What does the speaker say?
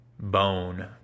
bone